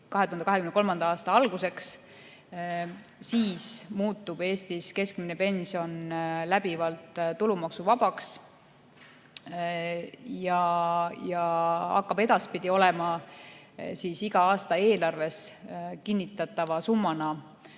2023. aasta alguseks. Siis muutub Eestis keskmine pension läbivalt tulumaksuvabaks ja see summa hakkab edaspidi olema iga aasta eelarves kindlalt olemas.